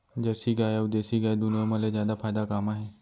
Jersey गाय अऊ देसी गाय दूनो मा ले जादा फायदा का मा हे?